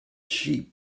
sheep